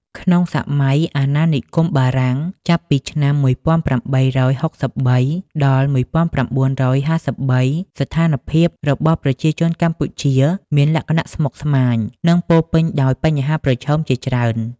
ក្នុងសម័យអាណានិគមបារាំង (ចាប់ពីឆ្នាំ ១៨៦៣-១៩៥៣) ស្ថានភាពរបស់ប្រជាជនកម្ពុជាមានលក្ខណៈស្មុគស្មាញ និងពោរពេញដោយបញ្ហាប្រឈមជាច្រើន។